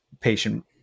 patient